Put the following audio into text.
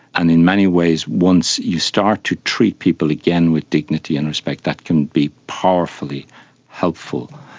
and in many ways once you start to treat people again with dignity and respect, that can be powerfully helpful.